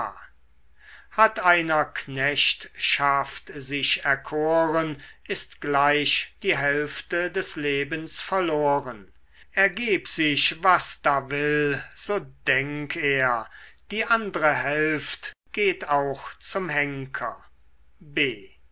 hat einer knechtschaft sich erkoren ist gleich die hälfte des lebens verloren ergeb sich was da will so denk er die andere hälft geht auch zum henker b